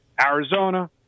Arizona